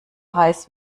heiß